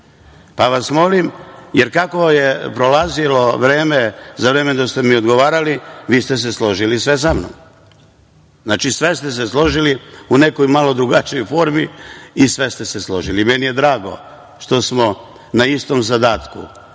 pa vas molim, jer kako je prolazilo vreme za vreme dok ste mi odgovarali, vi ste se složili sve sa mnom. Znači, sve ste se složili u nekoj malo drugačijoj formi i sve ste se složili. Meni je drago što smo na istom zadatku,